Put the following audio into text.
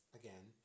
again